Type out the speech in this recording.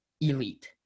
elite